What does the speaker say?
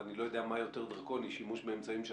ואני לא יודע מה יותר דרקוני שימוש באמצעים של